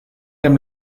dem